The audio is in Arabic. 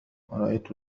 رأيت